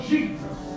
Jesus